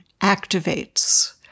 activates